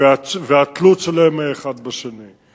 והתלות שלהם האחד בשני.